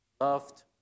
loved